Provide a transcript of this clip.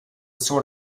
sort